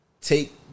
take